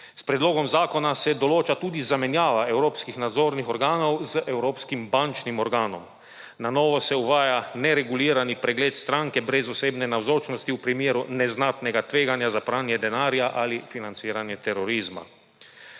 S predlogom zakona se določa tudi zamenjava evropskih nadzornih organov z evropskim bančnim organom. Na novo se uvaja neregulirani pregled stranke brez osebne navzočnosti v primeru neznatnega tveganja za pranje denarja ali financiranje terorizma.